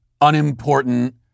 unimportant